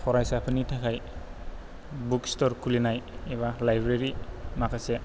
फरायसाफोरनि थाखाय book store खुलिनाय एबा लाइब्रेरि माखासे